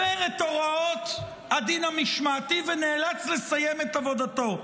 הפר את הוראות הדין המשמעתי ונאלץ לסיים את עבודתו.